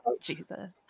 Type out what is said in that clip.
Jesus